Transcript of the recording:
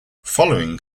following